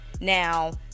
now